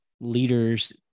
leaders